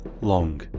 long